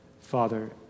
Father